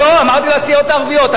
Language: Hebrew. לא, אמרתי לסיעות הערביות.